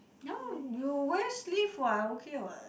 no you wear sleeve [what] okay [what]